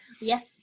Yes